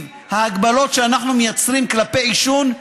ההגבלות שאנחנו מייצרים כלפי עישון: